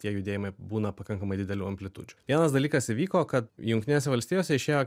tie judėjimai būna pakankamai didelių amplitudžių vienas dalykas įvyko kad jungtinėse valstijose išėjo